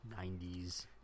90s